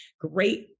great